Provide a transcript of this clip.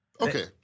Okay